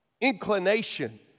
inclination